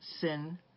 Sin